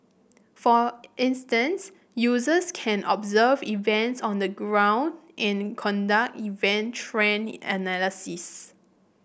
for instance users can observe events on the ground and conduct event trend analysis